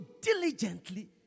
diligently